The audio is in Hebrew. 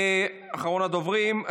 אחרון הדוברים.